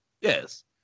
Yes